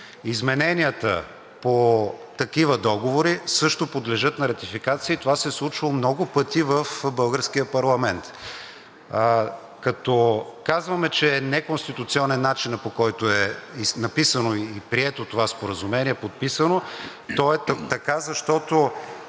Измененията по такива договори също подлежат на ратификация и това се е случвало много пъти в българския парламент. Като казваме, че е неконституционен начинът, по който е написано и прието това споразумение, подписано, то е така, защото